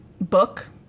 book